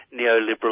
neoliberal